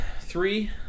Three